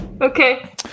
Okay